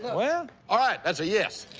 well. all right. that's a yes.